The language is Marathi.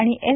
आणि एन